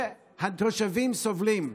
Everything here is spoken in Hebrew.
והתושבים סובלים.